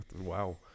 Wow